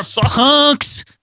punks